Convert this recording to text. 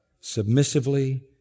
submissively